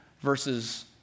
verses